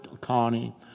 Connie